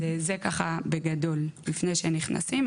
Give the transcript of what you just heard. אז זה ככה בגדול, לפני שנכנסים.